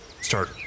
start